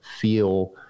feel